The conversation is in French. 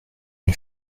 une